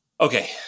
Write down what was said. Okay